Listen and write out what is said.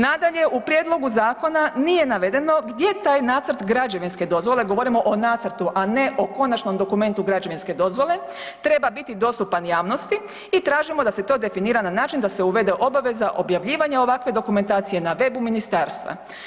Nadalje, u prijedlogu zakona nije navedeno gdje je taj nacrt građevinske dozvole, govorimo o nacrtu a ne o konačnom dokumentu građevinske dozvole, treba biti dostupan javnosti i tražimo da se to definira na način da se uvede obaveza objavljivanja ovakve dokumentacije na webu ministarstva.